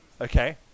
Okay